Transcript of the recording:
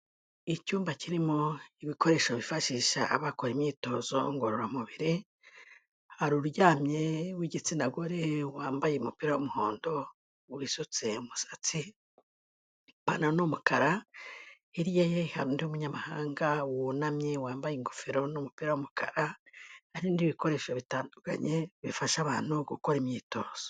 Icyumba kirimo ibikoresho bifashisha bakora imyitozo ngororamubiri, hari uryamye w'igitsina gore wambaye umupira w'umuhondo, wisutse umusatsi, ipantaro ni umukara, hirya ye hari undi Munyamahanga wunamye wambaye ingofero n'umupira y'umukara hari n'ibindi bikoresho bitandukanye bifasha abantu gukora imyitozo.